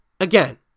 again